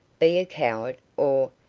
be a coward, or,